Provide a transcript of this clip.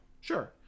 Sure